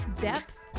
depth